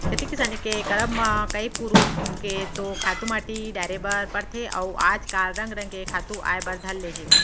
खेती किसानी के करब म कई पुरूत के तो खातू माटी डारे बर परथे अउ आज काल रंग रंग के खातू आय बर धर ले हे